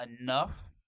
enough